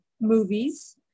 movies